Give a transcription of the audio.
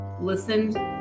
listened